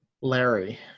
Larry